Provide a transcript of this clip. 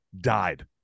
died